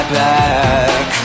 back